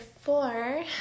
four